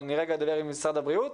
אבל אדבר עם משרד הבריאות,